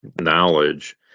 knowledge